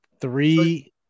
Three